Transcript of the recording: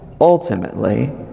ultimately